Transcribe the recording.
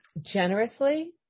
generously